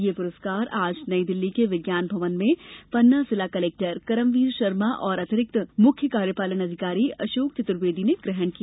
यह पुरस्कार आज नई दिल्ली के विज्ञान भवन में पन्ना जिला कलेक्टर करमवीर शर्मा और अतिरिक्त मुख्य कार्यपालन अधिकारी अशोक चतुर्वेदी ने ग्रहण किया